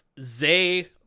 Zay